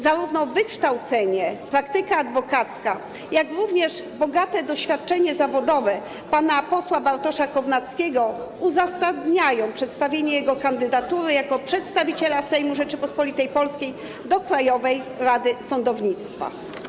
Zarówno wykształcenie, praktyka adwokacka, jak i bogate doświadczenie zawodowe pana posła Bartosza Kownackiego uzasadniają przedstawienie jego kandydatury jako przedstawiciela Sejmu Rzeczypospolitej Polskiej do Krajowej Rady Sądownictwa.